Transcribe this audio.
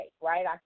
right